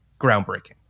groundbreaking